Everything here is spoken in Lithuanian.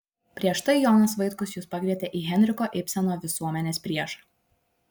prieš tai jonas vaitkus jus pakvietė į henriko ibseno visuomenės priešą